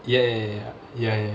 ya ya ya ya ya